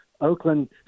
Oakland